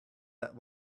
that